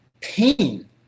pain